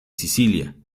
sicilia